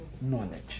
knowledge